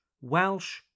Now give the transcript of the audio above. Welsh